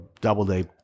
Doubleday